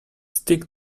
stick